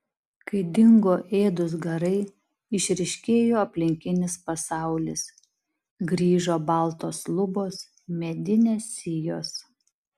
kai dingo ėdūs garai išryškėjo aplinkinis pasaulis grįžo baltos lubos medinės sijos